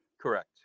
Correct